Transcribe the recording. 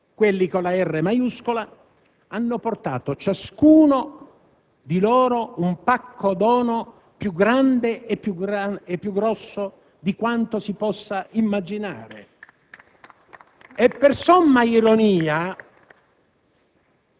troverete che i ricchi (con la «r» maiuscola) hanno portato, ciascuno di loro, un pacco dono più grande di quanto si possa immaginare.